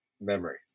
memory